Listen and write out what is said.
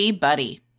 Buddy